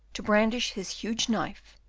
to brandish his huge knife,